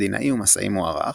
מדינאי ומסאי מוערך,